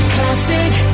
Classic